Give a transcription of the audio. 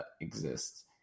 exists